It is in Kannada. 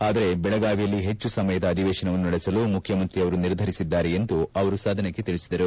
ಆದರೆ ಬೆಳಗಾವಿಯಲ್ಲಿ ಪೆಚ್ಚು ಸಮಯದ ಅಧಿವೇಶನವನ್ನು ನಡೆಸಲು ಮುಖ್ಯಮಂತ್ರಿಯವರು ನಿರ್ಧರಿಸಿದ್ದಾರೆ ಎಂದು ಅವರು ಸದನಕ್ಕೆ ತಿಳಿಸಿದರು